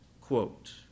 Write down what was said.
quote